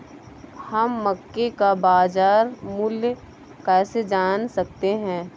हम मक्के का बाजार मूल्य कैसे जान सकते हैं?